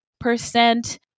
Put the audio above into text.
percent